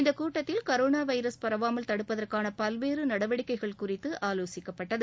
இந்தக் கூட்டத்தில் corona virus பரவாமல் தடுப்பதற்கான பல்வேறு நடவடிக்கைகள் எடுப்பது குறித்து ஆலோசிக்கப்பட்டது